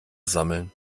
sammeln